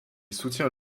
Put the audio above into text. soutient